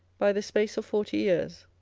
by the space of forty years.